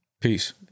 Peace